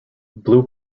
blue